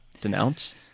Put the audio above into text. denounce